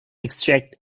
extract